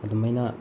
ꯑꯗꯨꯃꯥꯏꯅ